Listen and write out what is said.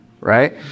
Right